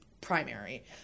primary